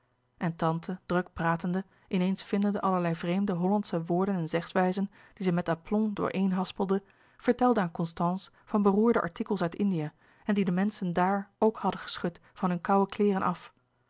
en tante druk pratende in eens vindende allerlei vreemde hollandsche woorden en zegswijzen die zij met aplomb dooreen haspelde vertelde aan constance van beroerde artikels uit indië en die de menschen dààr ook hadden geschud van hun kouwe kleeren af